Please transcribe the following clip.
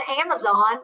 Amazon